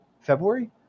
February